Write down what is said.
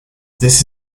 this